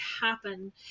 happen